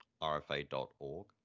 rfa.org